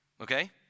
okay